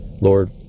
Lord